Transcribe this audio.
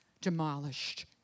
demolished